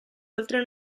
oltre